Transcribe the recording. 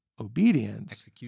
obedience